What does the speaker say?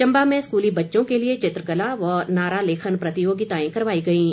चम्बा में स्कूली बच्चों के लिए चित्रकला व नारा लेखन प्रतियोगिताएं करवाई गईं